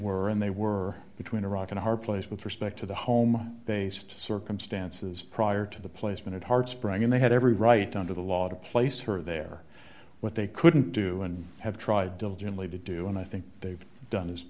were and they were between a rock and a hard place with respect to the home based circumstances prior to the placement of heart spring and they had every right under the law to place her there what they couldn't do and have tried diligently to do and i think they've done as